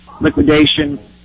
liquidation